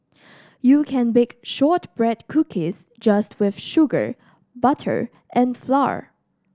you can bake shortbread cookies just with sugar butter and flour